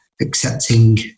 accepting